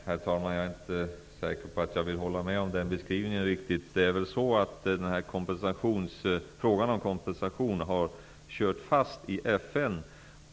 Herr talman! Jag är inte säker på att jag vill hålla med om den beskrivningen riktigt. Frågan om kompensation har kört fast i FN.